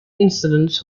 incidents